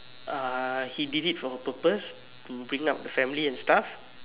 ah he did it for a purpose bringing up the family and stuff